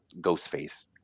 Ghostface